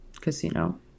casino